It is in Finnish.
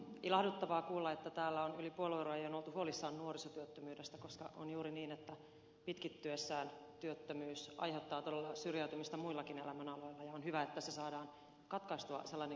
ilahduttavaa kuulla että täällä on yli puoluerajojen oltu huolissaan nuorisotyöttömyydestä koska on juuri niin että pitkittyessään työttömyys aiheuttaa todella syrjäytymistä muillakin elämän aloilla ja on hyvä että saadaan katkaistua sellainen kierre mahdollisimman varhain